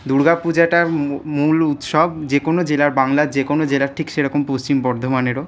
দুর্গাপূজাটা মূল উৎসব যেকোনো জেলার বাংলার যেকোনো জেলার ঠিক সেরকম পশ্চিম বর্ধমানেরও